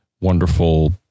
wonderful